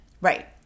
Right